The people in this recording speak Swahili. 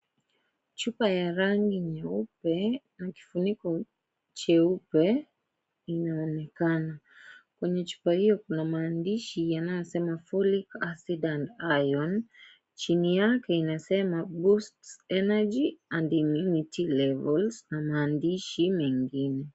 Chupa ya rangi nyeupe na kifuniko cheupe inaonekana. Kwenye chupa hio kuna maandishi yanayosema folic acid and iron , chini yake inasema boost energy and immunity levels na maadishi mengine.